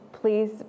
please